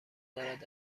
دارد